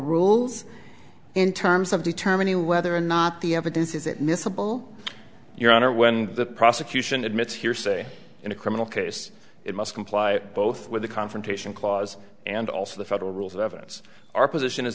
rules in terms of determining whether or not the evidence is it miscible your honor when the prosecution admits hearsay in a criminal case it must comply both with the confrontation clause and also the federal rules of evidence our position